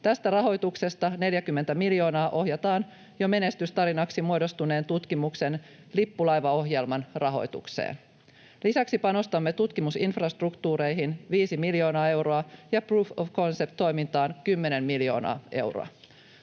Tästä rahoituksesta 40 miljoonaa ohjataan jo menestystarinaksi muodostuneen tutkimuksen lippulaivaohjelman rahoitukseen. Lisäksi panostamme tutkimusinfrastruktuureihin 5 miljoonaa euroa ja proof of concept ‑toimintaan 10 miljoonaa euroa.